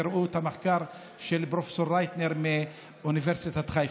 וראו את המחקר של פרופ' רטנר מאוניברסיטת חיפה.